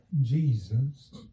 Jesus